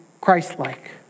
Christ-like